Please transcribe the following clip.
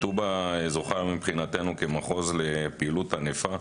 טובא זוכה מבחינתנו כמחוז לפעילות ענפה.